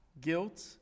guilt